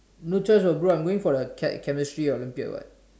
no choice [what] bro I'm going for the che~ chemistry Olympiad [what]